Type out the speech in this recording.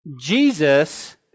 Jesus